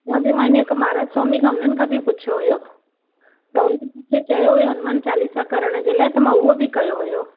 चवां पेई मां अञा हिक महाराज स्वामीअ खां हुननि खां बि पुछियो हुयो त हुननि मूंखे चयो हुयो हनुमान चालीसा करण जे लाइ त मां उहो बि कयो हुओ